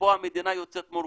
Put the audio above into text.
ופה המדינה יוצאת מורווחת,